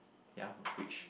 ya of which